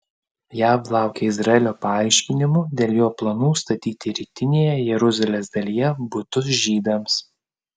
jav laukia izraelio paaiškinimų dėl jo planų statyti rytinėje jeruzalės dalyje butus žydams